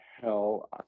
Hell